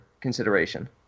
consideration